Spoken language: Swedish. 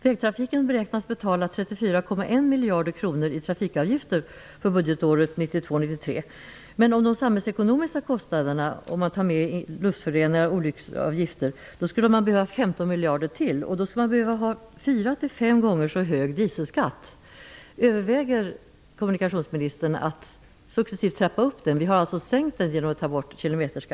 Vägtrafiken beräknas betala 34,1 miljarder kronor i trafikavgifter under budgetåret 1992/93. Men om de samhällsekonomiska kostnaderna räknas in, och om man inkluderar luftföroreningar och olycksavgifter, skulle man behöva ytterligare 15 miljarder. Då skulle man behöva fyra till fem gånger så hög dieselskatt. Överväger kommunikationsministern att successivt trappa upp dieselskatten? Vi har nu sänkt den genom att ta bort kilometerskatten.